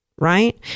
Right